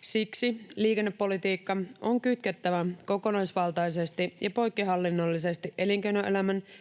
Siksi liikennepolitiikka on kytkettävä kokonaisvaltaisesti ja poikkihallinnollisesti elinkeinoelämän, työllisyyden